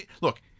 Look